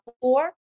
four